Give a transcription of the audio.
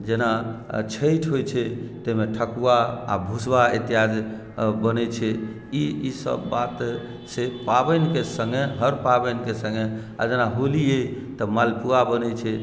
जेना छठि होइत छै ताहिमे ठकुआ आ भुसबा इत्यादि बनैत छै ई ईसभ बात से पाबनिके सङ्गे हर पाबनिके सङ्गे आ जेना होली अइ तऽ मलपुआ बनैत छै